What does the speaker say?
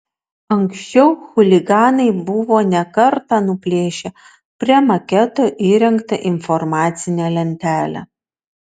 anksčiau chuliganai buvo ne kartą nuplėšę prie maketo įrengtą informacinę lentelę